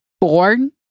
born